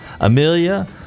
Amelia